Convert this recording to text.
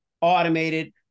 Automated